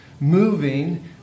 moving